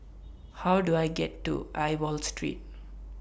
How Do I get to Aliwal Street